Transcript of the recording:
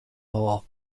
more